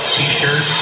t-shirt